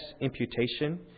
imputation